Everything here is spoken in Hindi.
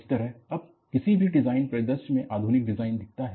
इस तरह अब किसी भी डिज़ाइन परिदृश्य में आधुनिक डिज़ाइन दिखता है